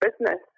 business